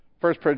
First